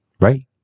Right